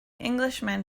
englishman